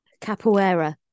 Capoeira